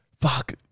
Fuck